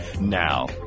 Now